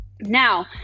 Now